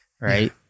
right